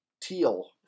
teal